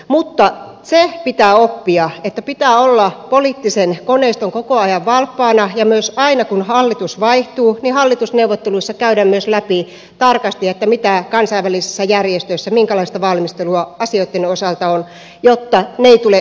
mutta se pitää oppia että pitää olla poliittisen koneiston koko ajan valppaana ja myös aina kun hallitus vaihtuu hallitusneuvotteluissa käydä läpi tarkasti minkälaista valmistelua kansainvälisissä järjestöissä asioitten osalta on jotta ne eivät tule yllätyksenä